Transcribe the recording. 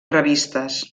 revistes